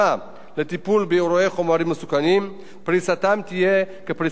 פריסתם תהיה כפריסת תחנות הכיבוי וההגעה תהיה עם צוותי הכיבוי.